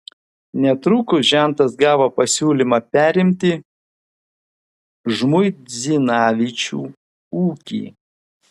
netrukus žentas gavo pasiūlymą perimti žmuidzinavičių ūkį